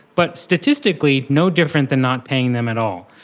but statistically no different than not paying them at all.